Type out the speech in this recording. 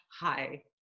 Hi